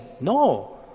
No